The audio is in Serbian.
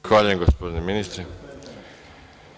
Zahvaljujem, gospodine ministre.